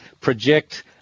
project